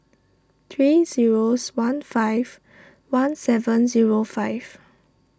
three zero one five one seven zero five